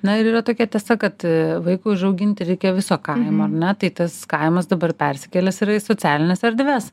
na ir yra tokia tiesa kad vaikui užauginti reikia viso kaimo ar ne tai tas kaimas dabar persikėlęs yra į socialines erdves